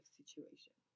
situation